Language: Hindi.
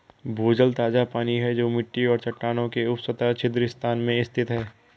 भूजल ताजा पानी है जो मिट्टी और चट्टानों के उपसतह छिद्र स्थान में स्थित है